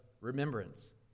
remembrance